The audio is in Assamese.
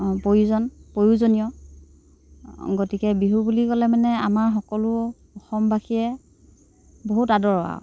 প্ৰয়োজন প্ৰয়োজনীয় গতিকে বিহু বুলি ক'লে মানে আমাৰ সকলো অসমবাসীয়ে বহুত আদৰৰ আৰু